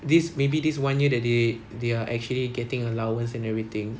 this maybe this one year that they they're actually getting allowance and everything